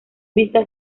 vistas